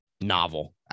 novel